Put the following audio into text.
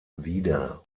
wider